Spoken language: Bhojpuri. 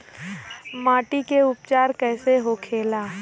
माटी के उपचार कैसे होखे ला?